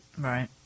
Right